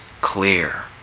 clear